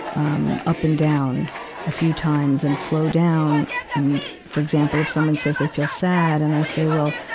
um, up and down a few times and slow down and for example, if someone says they feel sad. and i say, well,